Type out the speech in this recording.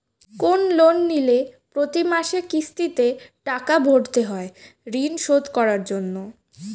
কোন লোন নিলে প্রতি মাসে কিস্তিতে টাকা ভরতে হয় ঋণ শোধ করার জন্য